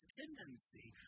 tendency